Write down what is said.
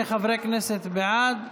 22 בעד,